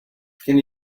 can